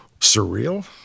Surreal